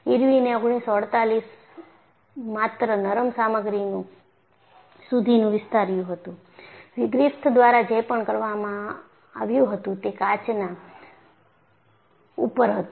Irwin એ 1948 માત્ર નરમ સામગ્રી સુધીનું વિસ્તાર્યું હતું ગ્રિફિથ દ્વારા જે પણ કામ કરવામાં આવ્યું હતું તે કાચ ના ઉપર હતું